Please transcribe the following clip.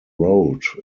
road